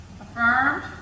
Affirmed